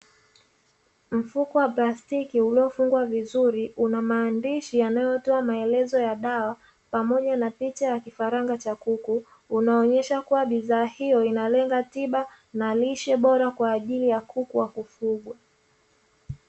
Mfuko wa plastiki uliofungwa vizuri unamaandishi yanayotoa maelezo ya dawa pamoja na picha ya kifaranga cha kuku, unaonyesha kubwa dawa hiyo inalenga tiba na lishe bora kwa ajili ya kuku wa kufugwa.